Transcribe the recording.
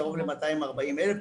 קרוב ל-240,000,